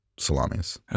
salamis